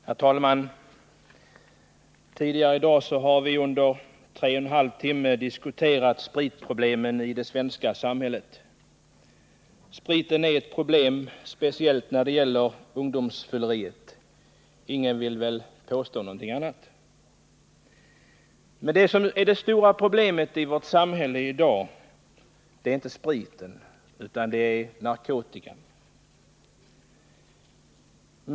Herr talman! Tidigare i dag har vi under tre och en halv timme diskuterat spritproblemen i det svenska samhället. Spriten är ett problem, speciellt när det gäller ungdomsfylleriet — ingen vill väl påstå något annat. Men det som är det stora problemet i vårt samhälle i dag är inte spriten utan narkotikan.